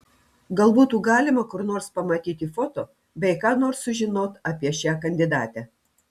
gal butų galima kur nors pamatyt foto bei ką nors sužinot apie šią kandidatę